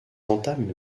entament